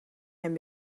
and